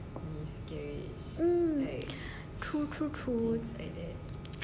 true true true true I